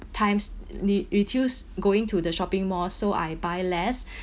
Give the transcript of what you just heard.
times re~ reduce going to the shopping mall so I buy less